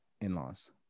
in-laws